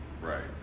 Right